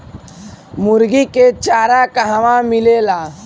मुर्गी के चारा कहवा मिलेला?